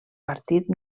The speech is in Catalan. partit